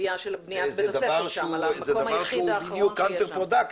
זה דבר שהוא קאונטר-פרודקטיב,